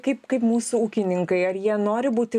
kaip kaip mūsų ūkininkai ar jie nori būti